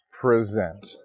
present